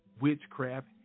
witchcraft